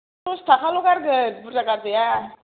फास थाखाल' गारगोन बुरजा गारजाया